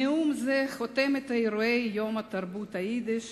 נאום זה חותם את אירועי יום תרבות היידיש